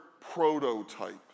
prototype